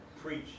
Preach